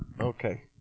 Okay